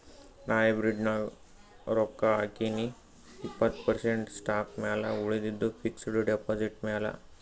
ನಾ ಹೈಬ್ರಿಡ್ ನಾಗ್ ರೊಕ್ಕಾ ಹಾಕಿನೀ ಇಪ್ಪತ್ತ್ ಪರ್ಸೆಂಟ್ ಸ್ಟಾಕ್ ಮ್ಯಾಲ ಉಳಿದಿದ್ದು ಫಿಕ್ಸಡ್ ಡೆಪಾಸಿಟ್ ಮ್ಯಾಲ